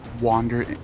wander